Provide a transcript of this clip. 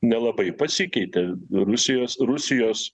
nelabai pasikeitė rusijos rusijos